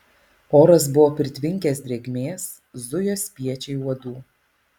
oras buvo pritvinkęs drėgmės zujo spiečiai uodų